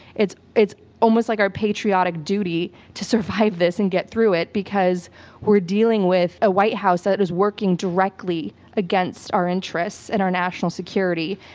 it's it's almost like our patriotic duty to survive this and get through it, because we're dealing with a white house that is working directly against our interests and our national security,